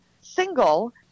single